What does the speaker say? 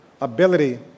ability